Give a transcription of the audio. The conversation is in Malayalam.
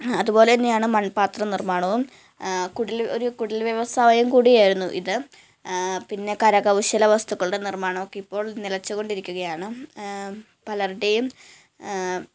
അതുപോലെ തന്നെയാണ് മണ്പാത്രനിര്മ്മാണവും കുടില് ഒരു കുടില് വ്യവസായം കൂടി ആയിരുന്നു ഇത് പിന്നെ കരകൗശല വസ്തുക്കളുടെ നിര്മ്മാണമൊക്കെ ഇപ്പോള് നിലച്ചുകൊണ്ടിരിക്കുകയാണ് പലരുടെയും